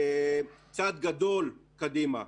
צעד גדול קדימה.